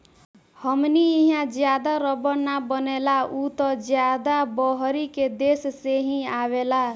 हमनी इहा ज्यादा रबड़ ना बनेला उ त ज्यादा बहरी के देश से ही आवेला